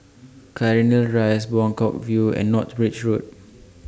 Cairnhill Rise Buangkok View and North Bridge Road